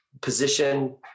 position